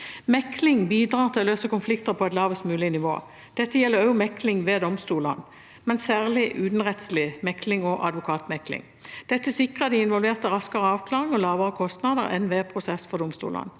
Mekling bidrar til å løse konflikter på et lavest mulig nivå. Dette gjelder også mekling ved domstolene, men særlig utenrettslig mekling og advokatmekling. Dette sikrer de involverte raskere avklaringer og lavere kostnader enn ved prosess for domstolene.